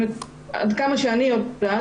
עד כמה שאני יודעת,